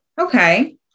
okay